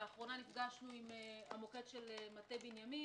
לאחרונה נפגשנו עם המוקד של מטה בנימין.